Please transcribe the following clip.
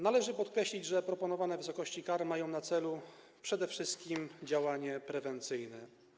Należy podkreślić, że proponowane wysokości kar mają na celu przede wszystkim działanie prewencyjne.